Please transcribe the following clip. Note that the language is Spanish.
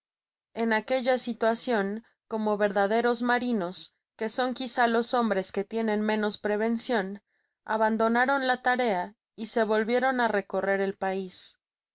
en aquella situacion como verdaderos marinos que son quizá los hombres que tienen menos prevencion abandonaron la tarea y se volvieron á recorrer el pais